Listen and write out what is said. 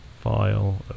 file